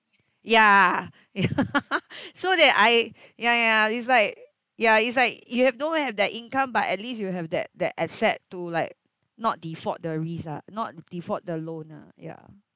ya ya so that I ya ya it's like ya it's like you have don't have that income but at least you will have that that asset to like not default the risk ah not default the loan lah ya